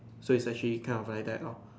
so it's actually kind of like that lor